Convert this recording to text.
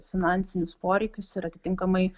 finansinius poreikius ir atitinkamai